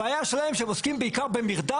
הבעיה שלהם היא שהם עוסקים בעיקר במרדף